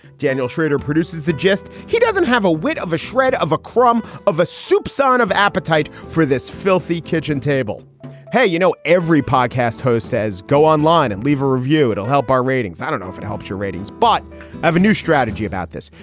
daniel schrader produces the gist. he doesn't have a whit of a shred of a crumb of a soupcon of appetite for this filthy kitchen table hey, you know, every podcast host says go online and leave a review. it'll help our ratings. i don't know if it helps your ratings, but i have a new strategy about this.